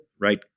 right